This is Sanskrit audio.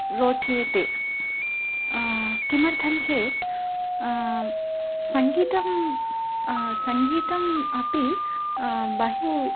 रोचेते किमर्थं चेत् सङ्गीतं सङ्गीतम् अपि बहु